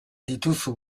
dituzu